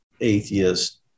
atheist